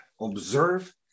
observe